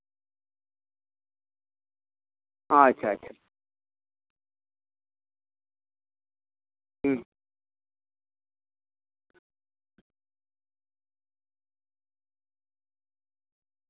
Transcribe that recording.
ᱟᱪᱪᱷᱟ ᱟᱪᱪᱷᱟ ᱦᱩᱸ